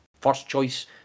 first-choice